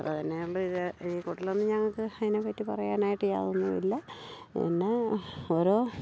അപ്പം തന്നെ നമ്മൾ ഈ കുട്ടിലൊന്നും ഞങ്ങൾക്ക് അയിതിനെപ്പറ്റി പറയാനായിട്ട് യാതൊന്നും ഇല്ല പിന്നെ ഓരോ